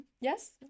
Yes